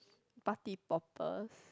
party poppers